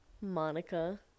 Monica